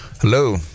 Hello